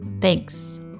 Thanks